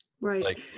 right